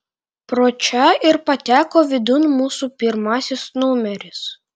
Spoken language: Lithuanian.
pro čia ir pateko vidun mūsų pirmasis numeris